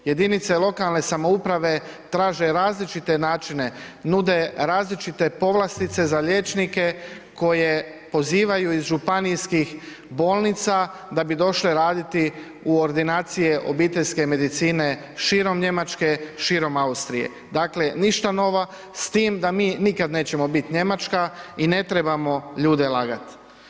Jedinice lokalne samouprave traže različite načine, nude različite povlastice za liječnike koje pozivaju iz županijskih bolnica da bi došli raditi u ordinacije obiteljske medicine širom Njemačke, širom Austrije, dakle ništa novo, s tim da mi nikada nećemo biti Njemačka i ne trebamo ljude lagati.